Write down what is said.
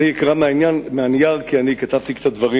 אני אקרא מהנייר כי כתבתי דברים